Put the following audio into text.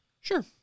Sure